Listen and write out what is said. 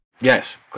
Yes